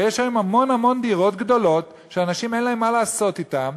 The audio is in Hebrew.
הרי יש היום המון המון דירות גדולות שלאנשים אין מה לעשות אתן,